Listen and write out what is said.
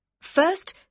first